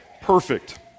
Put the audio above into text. perfect